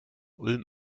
ulm